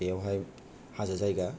बेयावहाय हाजो जायगा